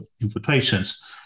infiltrations